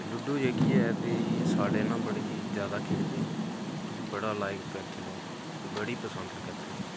लूड़ो जेह्की ऐ पेई एह् साढ़ै ना बड़े जैदा खेढदे उसी बड़ा लाइक करदे न लोक बड़ी पसंद करदे